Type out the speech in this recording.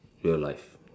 real life